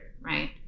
right